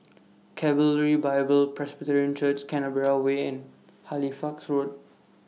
Calvary Bible Presbyterian Church Canberra Way and Halifax Road